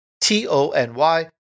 T-O-N-Y